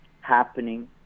happening